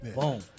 Boom